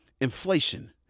inflation